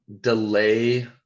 delay